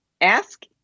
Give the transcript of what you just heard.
Ask